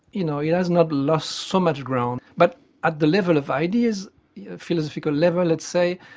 you know, it has not lost so much ground, but at the level of ideas, a philosophical level, let's say,